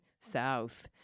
south